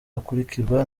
akurikirwa